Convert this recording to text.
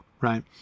right